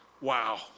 Wow